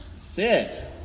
sit